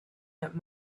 that